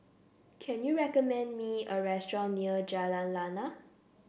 can you recommend me a restaurant near Jalan Lana